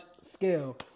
scale